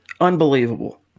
Unbelievable